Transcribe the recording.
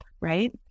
right